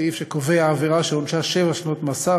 סעיף שקובע עבירה שעונשה שבע שנות מאסר